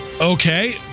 Okay